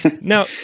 Now